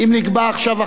אם נקבע עכשיו,